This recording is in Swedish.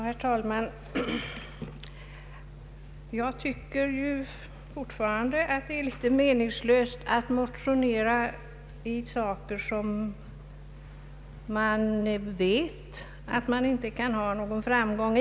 Herr talman! Jag tycker fortfarande att det är litet meningslöst att motionera i frågor där man vet att motionerna inte kommer att ha någon framgång.